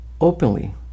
openly